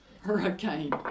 hurricane